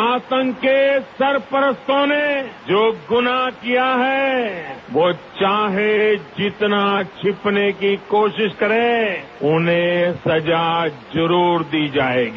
आतंक के सरपरस्तों ने जो गुनाह किया है वो चाहे जितना छिपने की कोशिश करें उन्हें सजा जरूर दी जाएगी